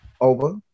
over